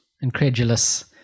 Incredulous